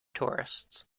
tourists